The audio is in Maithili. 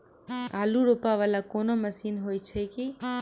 आलु रोपा वला कोनो मशीन हो छैय की?